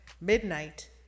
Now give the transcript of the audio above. Midnight